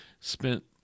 spent